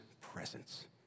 presence